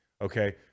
okay